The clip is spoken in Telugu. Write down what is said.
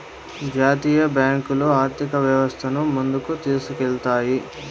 జాతీయ బ్యాంకులు ఆర్థిక వ్యవస్థను ముందుకు తీసుకెళ్తాయి